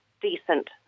decent